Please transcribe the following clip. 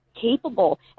capable